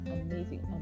amazing